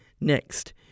Next